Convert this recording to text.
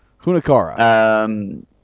Hunakara